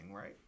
right